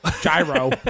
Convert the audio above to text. Gyro